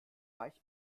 reich